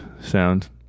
sound